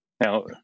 Now